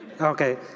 Okay